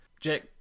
Jack